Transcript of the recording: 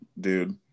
dude